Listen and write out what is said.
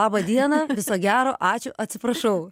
labą dieną viso gero ačiū atsiprašau